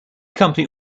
company